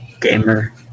Gamer